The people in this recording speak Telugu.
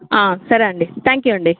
సరే అండి థ్యాంక్ యు అండి